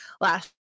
last